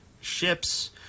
ships